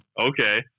Okay